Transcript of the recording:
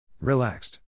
Relaxed